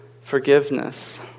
forgiveness